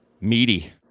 meaty